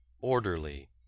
orderly